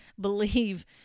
believe